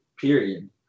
period